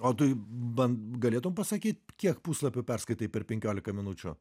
o tu ban galėtum pasakyt kiek puslapių perskaitai per penkiolika minučių